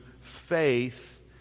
faith